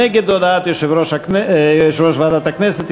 ומי שנגד הודעת יושב-ראש ועדת הכנסת,